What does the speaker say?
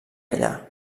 allà